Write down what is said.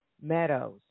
Meadows